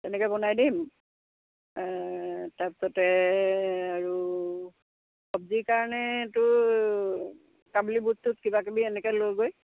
তেনেকে বনাই দিম তাৰপিছতে আৰু চব্জিৰ কাৰণেটো কাবলী বুটটোত কিবা কিবি এনেকে লৈ গৈ